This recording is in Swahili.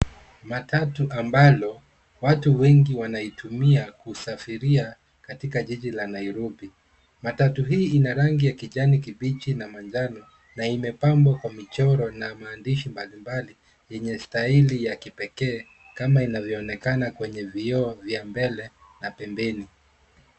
Matatu ambalo watu wengi wanaitumia kusafiria katika jiji la Nairobi. Matatu hii ina rangi ya kijani kibichi na manjano na imepambwa kwa michoro na maandishi mbalimbali yenye staili ya kipekee kama inavyoonekana kwenye vioo vya mbele na pembeni.